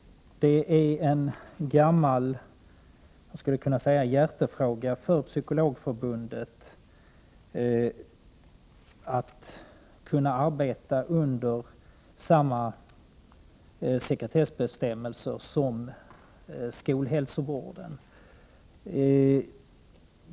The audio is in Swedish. Det är en gammal hjärtefråga för Psykologförbundet att kunna arbeta under samma sekretessbestämmelser som skolhälsovården.